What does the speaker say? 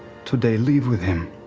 today, leave with him.